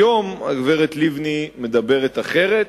היום הגברת לבני מדברת אחרת,